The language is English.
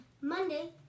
Monday